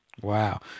Wow